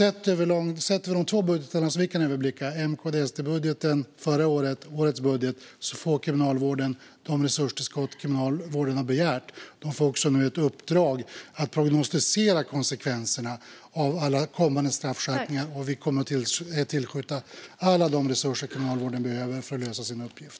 I de två budgetar som vi kan överblicka - M-KD-SD-budgeten som lades fram förra året och den budget som läggs fram nu - får Kriminalvården de resurstillskott Kriminalvården begärt. Myndigheten får också ett uppdrag att prognostisera konsekvenserna av alla kommande straffskärpningar. Vi kommer att tillskjuta alla de resurser Kriminalvården behöver för att lösa sin uppgift.